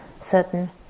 certain